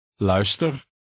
Luister